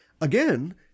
again